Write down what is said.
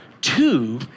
two